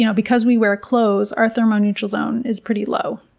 you know because we wear clothes, our thermoneutral zone is pretty low.